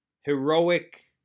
heroic